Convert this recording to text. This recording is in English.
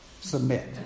Submit